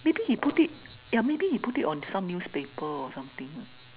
maybe he put it ya maybe he put it on some newspaper or something